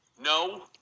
no